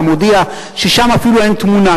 תוקפו של החוק נקבע תחילה לשנה אחת,